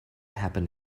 happen